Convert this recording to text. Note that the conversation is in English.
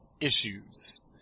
issues